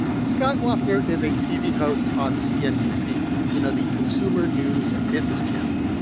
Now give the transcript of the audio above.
scott wapner is a tv host on cnbc you know, the consumer news and business channel.